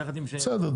בסדר.